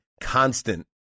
constant